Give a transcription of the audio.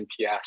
NPS